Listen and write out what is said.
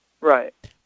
Right